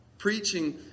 preaching